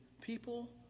people